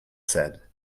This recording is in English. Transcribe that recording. said